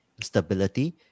stability